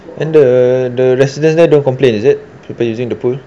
and the the residents there don't complain is it people using the pool